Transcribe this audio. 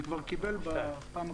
זה כבר קיבל בפעם הקודמת.